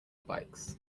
bikes